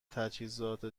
تجهیزات